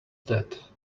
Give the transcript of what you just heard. that